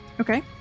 Okay